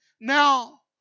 now